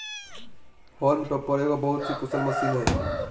haulm topper एगो बहुत ही कुशल मशीन हइ